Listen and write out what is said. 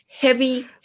heavy